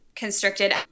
constricted